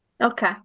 okay